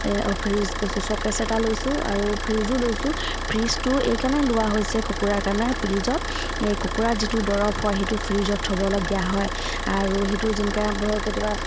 fridge কৈছো showcase এটা লৈছোঁ আৰু ফ্ৰীজো লৈছোঁ ফ্ৰীজটো এইকাৰণে লোৱা হৈছে কুকুৰাৰ কাৰণে ফ্ৰীজত এই কুকুৰাৰ যিটো দৰৱ হয় সেইটো ফ্ৰীজত থ'বলগীয়া হয় আৰু সেইটো যেনেকৈ ধৰক কেতিয়াবা